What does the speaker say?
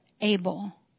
able